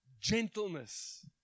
gentleness